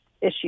issue